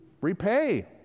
repay